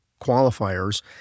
qualifiers